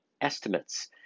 estimates